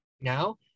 now